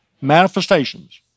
manifestations